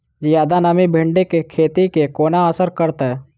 जियादा नमी भिंडीक खेती केँ कोना असर करतै?